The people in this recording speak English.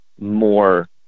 more